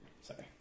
Sorry